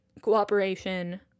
cooperation